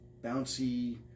bouncy